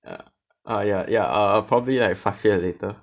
uh uh ya ya err probably like five year later